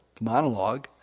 monologue